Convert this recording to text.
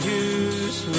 use